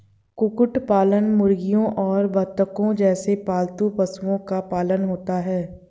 कुक्कुट पालन मुर्गियों और बत्तखों जैसे पालतू पक्षियों का पालन होता है